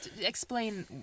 Explain